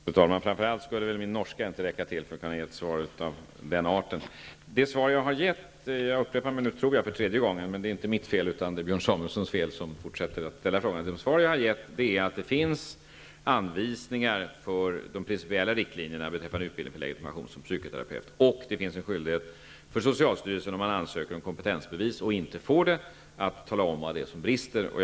Fru talman! Framför allt skulle väl inte min norska räcka till att ge ett svar av den arten. Det svar jag har gett — jag upprepar det nu för tredje gången, men det är inte mitt fel utan Björn Samuelsons som fortsätter att ställa frågan — är att det finns anvisningar om de principiella riktlinjerna beträffande utbildning för legitimation som psykoterapeut. Det finns en skyldighet för socialstyrelsen att tala om var det brister, om någon ansöker om kompetensbevis och inte får det.